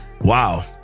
Wow